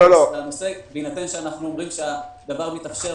בהינתן שאנו אומרים שהדבר מתאפשר,